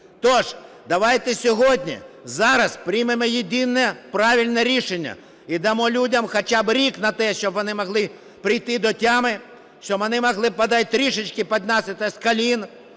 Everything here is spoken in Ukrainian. Тож давайте сьогодні, зараз приймемо єдине правильне рішення і дамо людям хоча б рік на те, щоб вони могли прийти до тями, щоб вони могли бодай трішечки піднятися з колін